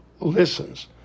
listens